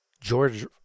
George